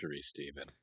Stephen